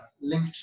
linked